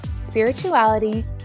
spirituality